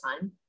time